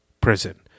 prison